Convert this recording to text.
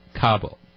Cabo